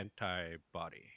Antibody